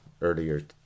earlier